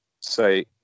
say